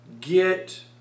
get